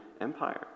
Empire